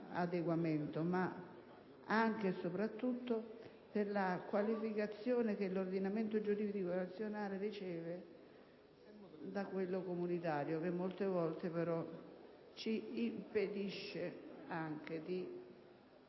ma anche e soprattutto per la qualificazione che l'ordinamento giuridico nazionale riceve da quello comunitario, che molte volte, però, ci impedisce di